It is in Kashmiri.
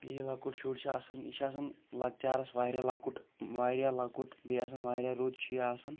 یہِ لۄکُٹ شُر چھ آسان یہِ چھ آسان لۄکچارس واریاہ لۄکُٹ واریاہ لۄکُٹ بیٚیہِ آسان واریاہ رُت چھ یہِ آسان